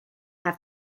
have